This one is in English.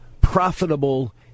profitable